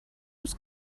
روز